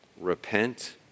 repent